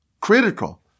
critical